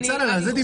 עוד שאלה.